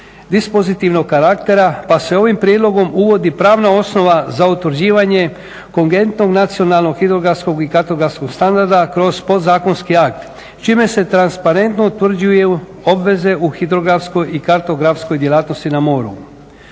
dispozitivnog karaktera pa se ovim prijedlogom uvodi pravna osnova za utvrđivanje kongentnog nacionalnog hidrografskog i kartografskog standarda kroz podzakonski akt čime se transparentno utvrđuju obveze u hidrografskoj i kartografskoj djelatnosti na moru.